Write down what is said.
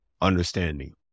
understanding